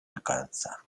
alcanza